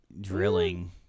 drilling